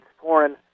foreign